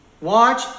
watch